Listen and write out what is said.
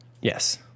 yes